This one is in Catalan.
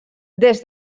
des